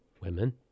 women